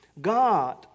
God